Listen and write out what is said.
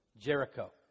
Jericho